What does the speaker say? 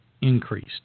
increased